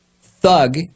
thug